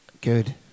Good